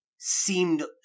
seemed